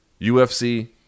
UFC